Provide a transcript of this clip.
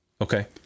Okay